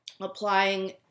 applying